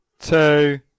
two